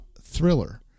thriller